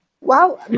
Wow